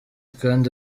kandi